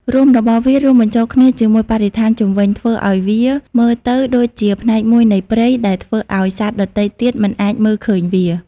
រោមរបស់វារួមបញ្ចូលគ្នាជាមួយបរិស្ថានជុំវិញ ធ្វើឲ្យវាមើលទៅដូចជាផ្នែកមួយនៃព្រៃ ដែលធ្វើឲ្យសត្វដទៃទៀតមិនអាចមើលឃើញវា។